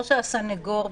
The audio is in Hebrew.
או שהסנגור בבידוד,